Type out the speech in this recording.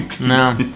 No